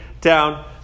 down